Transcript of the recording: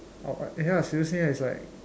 outright ya seriously is like